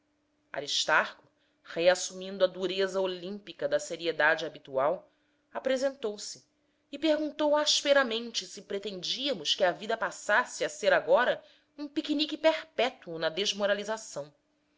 aristarco reassumindo a dureza olímpica da seriedade habitual apresentou-se e perguntou asperamente se pretendíamos que a vida passasse a ser agora um piquenique perpétuo na desmoralização